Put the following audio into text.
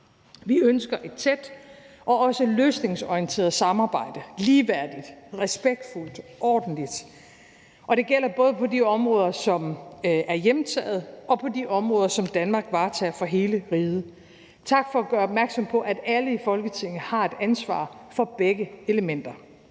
Vi ønsker et tæt og også løsningsorienteret samarbejde, ligeværdigt, respektfuldt, ordentligt, og det gælder både på de områder, som er hjemtaget, og det gælder på de områder, som Danmark varetager for hele riget. Tak for at gøre opmærksom på, at alle i Folketinget har et ansvar for begge elementer.